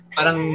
Parang